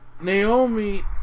Naomi